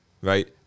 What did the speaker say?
right